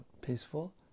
peaceful